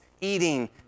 eating